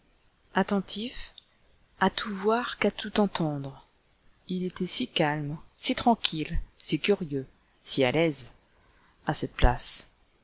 attentif à tout voir qu'à tout entendre il était si calme si tranquille si curieux si à l'aise à cette place